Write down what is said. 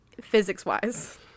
physics-wise